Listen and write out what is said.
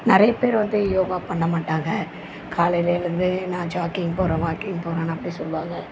நிறைய பேர் வந்து யோகா பண்ண மாட்டாங்க காலையில் எழுந்து நான் ஜாக்கிங் போகிறேன் வாக்கிங் போகிறேன் அப்படின்னு சொல்லுவாங்க